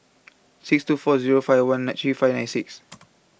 six two four Zero five one nine three five nine six